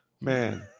man